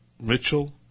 Mitchell